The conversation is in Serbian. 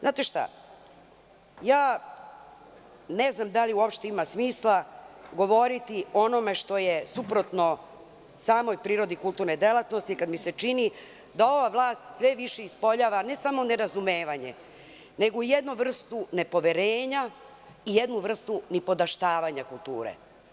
Znate šta, ne znam da li uopšte ima smisla govoriti o onome što je suprotno samoj prirodi kulturne delatnosti kada mi se čini da ova vlast sve više ispoljava ne samo nerazumevanjem, nego jednu vrstu nepoverenja, jednu vrstu nipodaštavanja kulture.